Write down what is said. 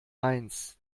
eins